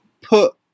put